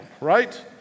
Right